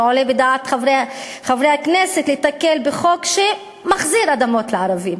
לא עולה בדעת חברי הכנסת להיתקל בחוק שמחזיר אדמות לערבים,